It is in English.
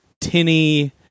tinny